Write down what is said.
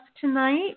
tonight